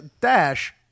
dash